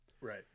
right